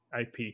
IP